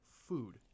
food